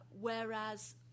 Whereas